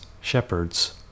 shepherds